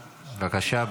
בבקשה,